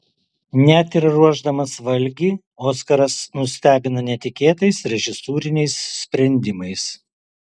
net ir ruošdamas valgį oskaras nustebina netikėtais režisūriniais sprendimais